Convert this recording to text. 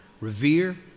revere